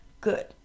good